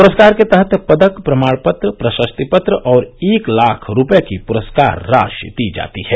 पुरस्कार के तहत पदक प्रमाणपत्र प्रशस्ति पत्र और एक लाख रूपये की पुरस्कार राशि दी जाती है